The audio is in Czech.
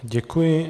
Děkuji.